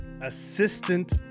assistant